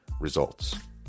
results